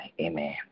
Amen